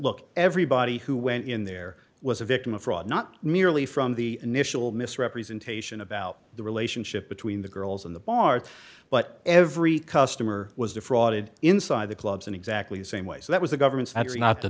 look everybody who went in there was a victim of fraud not merely from the initial misrepresentation about the relationship between the girls in the bar but every customer was defrauded inside the clubs in exactly the same way so that was a government that's not the